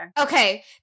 Okay